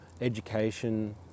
education